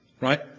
Right